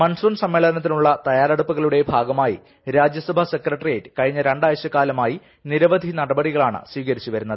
monsoon സമ്മേളനത്തിനുള്ള തയ്യാറെടുപ്പുകളുടെ ഭാഗമായി രാജ്യസഭാ സെക്രട്ടറിയേറ്റ് കഴിഞ്ഞ രണ്ടാഴ്ചക്കാലമായി നിരവധി നടപടികളാണ് സ്വീകരിച്ചുവരുന്നത്